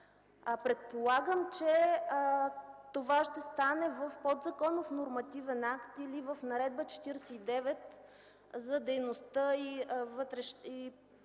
Предполагам, че това ще стане в подзаконов нормативен акт или в Наредба № 49 за дейността и вътрешния